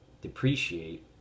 depreciate